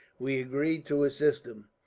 we agreed to assist him.